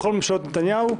בכל ממשלות נתניהו,